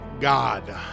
God